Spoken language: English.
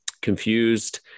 Confused